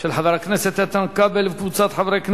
של חבר הכנסת איתן כבל וקבוצת חברי הכנסת.